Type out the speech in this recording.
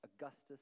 Augustus